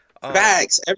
Facts